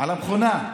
לא על חם, על המכונה.